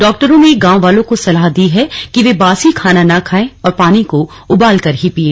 डॉक्टरों ने गांव वालों को सलाह दी है कि वे बासी खाना न खांए और पानी को उबालकर ही पीयें